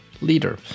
leader